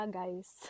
guys